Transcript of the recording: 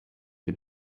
the